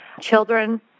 children